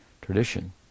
tradition